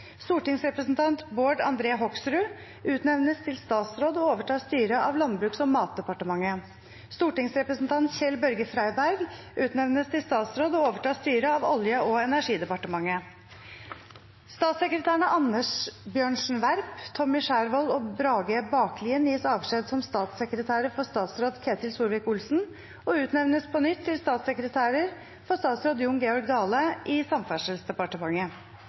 Stortingsrepresentant Bård André Hoksrud utnevnes til statsråd og overtar styret av Landbruks- og matdepartementet. Stortingsrepresentant Kjell-Børge Freiberg utnevnes til statsråd og overtar styret av Olje- og energidepartementet. Statssekretærene Anders Bjørnsen Werp, Tommy Skjervold og Brage Baklien gis avskjed som statssekretærer for statsråd Ketil Solvik-Olsen og utnevnes på nytt til statssekretærer for statsråd Jon Georg Dale i Samferdselsdepartementet.